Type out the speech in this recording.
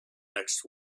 next